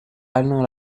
alain